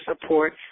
support